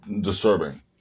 disturbing